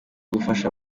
gufasha